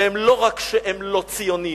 ולא רק שהם לא ציונים.